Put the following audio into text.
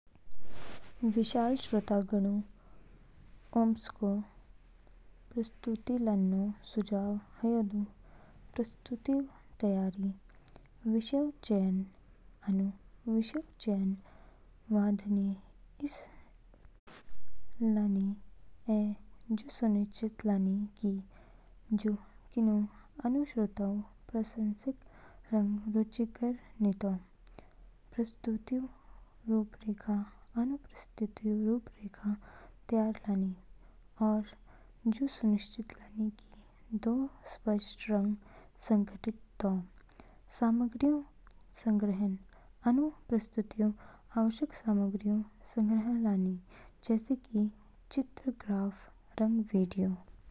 विशाल श्रोतागणों उमसको सामने प्रस्तुति लानो सुझाव ह्यू दू। प्रस्तुतिऊ तैयारी। विषयऊ चयन आनु विषयऊ चयनऊ वधानी इस लानी ऐ जू सुनिश्चित लानी कि जू किनू आनु श्रोताऊ प्रासंगिक रंग रुचिकर नितो। प्रस्तुतिऊ रूपरेखा आनु प्रस्तुति रूपरेखा तैयार लानी और जू सुनिश्चित लानी कि दो स्पष्ट रंग संगठित तौ। सामग्रीऊ संग्रह आनु प्रस्तुतिऊ आवश्यक सामग्रीऊ संग्रह लानी, जैसे कि चित्र, ग्राफ, रंग वीडियो।